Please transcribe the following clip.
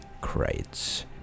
crates